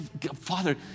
Father